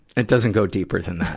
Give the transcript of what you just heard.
it doesn't go deeper than that.